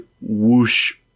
whoosh